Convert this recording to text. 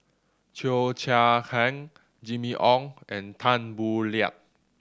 Cheo Chai Hiang Jimmy Ong and Tan Boo Liat